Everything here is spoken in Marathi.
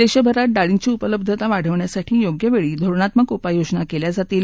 देशभरात डाळींची उपलब्धता वाढवण्यासाठी योप्यवेळी धोरणात्मक उपाययोजना केल्या जातील